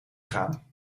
gaan